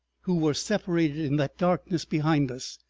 who were separated in that darkness behind us.